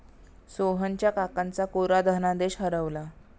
सोहनच्या काकांचा कोरा धनादेश हरवला